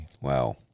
Wow